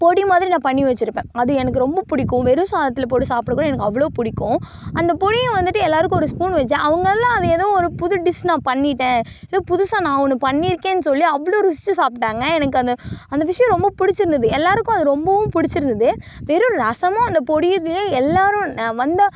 பொடிமாதிரி நான் பண்ணி வச்சிருப்பேன் அது எனக்கு ரொம்ப பிடிக்கும் வெறும் சாதத்தில் போட்டு சாப்பிடக்குள்ள எனக்கு அவ்வளோ பிடிக்கும் அந்த பொடியை வந்துட்டு எல்லாருக்கும் ஒரு ஸ்பூன் வச்சேன் அவங்களாம் அது ஏதோ ஒரு புது டிஷ் நான் பண்ணிட்டேன் ஏதோ புதுசாக நான் ஒன்று பண்ணியிருக்கேன் சொல்லி அவ்வளோ ருசிச்சி சாப்பிடாங்க எனக்கு அந்த அந்த விஷயம் ரொம்ப பிடிச்சிருந்துது எல்லாருக்கும் அது ரொம்பவும் பிடிச்சிருந்துது வெறும் ரசமும் அந்த பொடி இதிலேயே எல்லாரும் வந்த